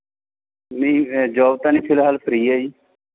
ਨਹੀਂ ਜੀ ਜੋਬ ਤਾਂ ਨਹੀਂ ਫਿਲਹਾਲ ਫਰੀ ਹਾਂ ਜੀ